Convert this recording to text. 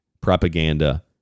propaganda